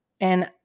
and-